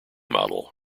model